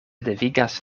devigas